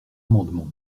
amendement